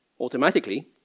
automatically